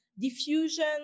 diffusion